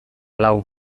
lau